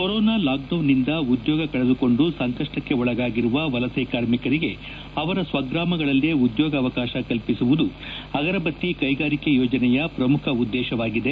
corona ಲಾಕ್ಡೌನ್ನಿಂದ ಉದ್ಯೋಗ ಕಳೆದುಕೊಂಡು ಸಂಕಷ್ಟಕ್ಕೆ ಒಳಗಾಗಿರುವ ವಲಸೆ ಕಾರ್ಮಿಕರಿಗೆ ಅವರ ಸ್ವಗ್ರಾಮಗಳಲ್ಲೇ ಉದ್ಯೋಗಾವಕಾಶ ಕಲ್ಪಿಸುವುದು ಅಗರಬತ್ತಿ ಕೈಗಾರಿಕೆ ಯೋಜನೆಯ ಪ್ರಮುಖ ಉದ್ದೇಶವಾಗಿದೆ